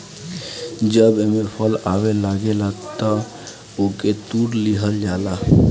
जब एमे फल आवे लागेला तअ ओके तुड़ लिहल जाला